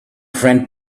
friend